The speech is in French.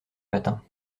matin